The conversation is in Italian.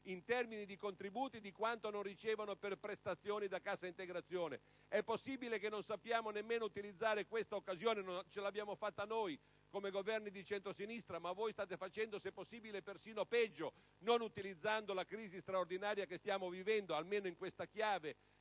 in termini di contributi di quanto non ricevano per prestazioni da cassa integrazione. È possibile che non sappiamo nemmeno utilizzare questa occasione? Non ce l'abbiamo fatta noi come governi di centrosinistra, ma voi state facendo se è possibile persino peggio non utilizzando la crisi straordinaria che stiamo vivendo, almeno in questa chiave